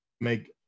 make